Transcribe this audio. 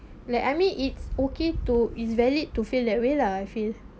like I mean it's okay to is valid to feel that way lah I feel